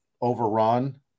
overrun